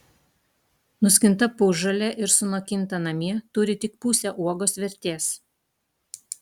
nuskinta pusžalė ir sunokinta namie turi tik pusę uogos vertės